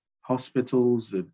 hospitals